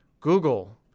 Google